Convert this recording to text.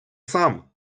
сам